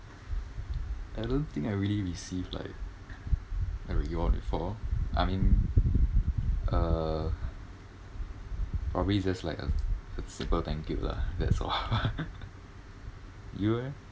I don't think I really received like a reward before I mean uh probably just like a simple thank you lah that's all you leh